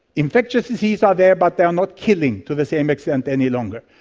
infectious diseases are there but they are not killing to the same extent any longer.